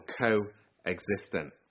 co-existent